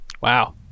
Wow